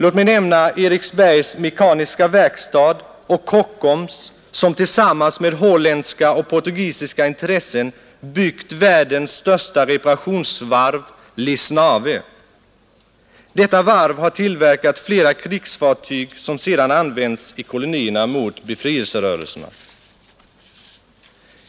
Låt mig nämna Eriksbergs mekaniska verkstad och Kockums, som tillsammans med holländska och portugisiska intressen byggt världens största reparationsvarv, Lisnave. Detta varv har tillverkat flera krigsfartyg som sedan använts i kolonierna mot befrielserörelserna.